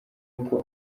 uko